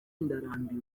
ndarambiwe